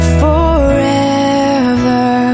forever